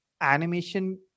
animation